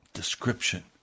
Description